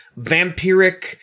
vampiric